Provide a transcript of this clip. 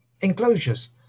enclosures